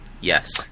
Yes